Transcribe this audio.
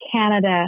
Canada